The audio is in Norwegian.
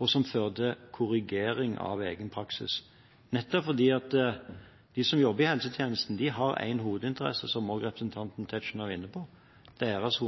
og som fører til korrigering av egen praksis. For de som jobber i helsetjenesten har en hovedinteresse, som også representanten Tetzschner var inne på: Å